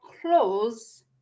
clothes